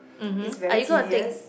is very tedious